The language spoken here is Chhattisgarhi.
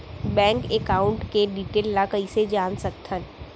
बैंक एकाउंट के डिटेल ल कइसे जान सकथन?